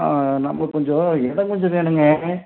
நம்மளுக்கு கொஞ்சம் இடம் கொஞ்சம் வேணுங்க